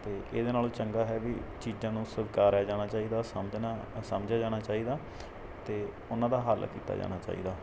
ਅਤੇ ਇਹਦੇ ਨਾਲੋਂ ਚੰਗਾ ਹੈ ਵੀ ਚੀਜ਼ਾਂ ਨੂੰ ਸਵੀਕਾਰਿਆ ਜਾਣਾ ਚਾਹੀਦਾ ਸਮਝਣਾ ਸਮਝਿਆ ਜਾਣਾ ਚਾਹੀਦਾ ਅਤੇ ਉਨ੍ਹਾਂ ਦਾ ਹੱਲ ਕੀਤਾ ਜਾਣਾ ਚਾਹੀਦਾ